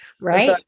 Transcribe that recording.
Right